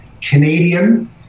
Canadian